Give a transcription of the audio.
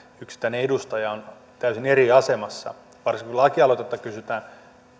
yksittäinen edustaja on täysin eri asemassa varsinkin kun lakialoitetta kysytään